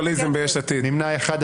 נמנעים,